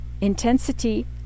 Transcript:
Intensity